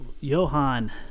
Johan